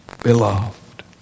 Beloved